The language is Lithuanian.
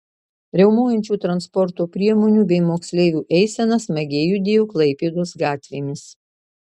riaumojančių transporto priemonių bei moksleivių eisena smagiai judėjo klaipėdos gatvėmis